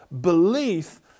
belief